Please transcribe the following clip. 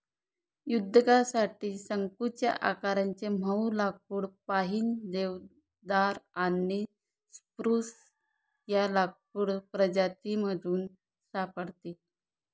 उद्योगासाठी शंकुच्या आकाराचे मऊ लाकुड पाईन, देवदार आणि स्प्रूस या लाकूड प्रजातीमधून सापडते